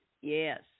Yes